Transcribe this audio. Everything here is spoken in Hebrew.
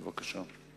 בבקשה.